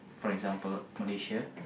for example Malaysia